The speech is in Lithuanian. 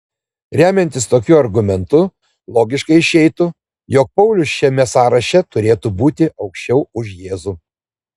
remiantis tokiu argumentu logiškai išeitų jog paulius šiame sąraše turėtų būti aukščiau už jėzų